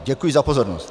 Děkuji za pozornost.